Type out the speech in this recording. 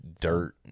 dirt